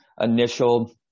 initial